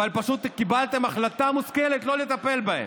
אבל פשוט קיבלתם החלטה מושכלת לא לטפל בהן.